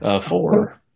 four